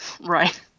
Right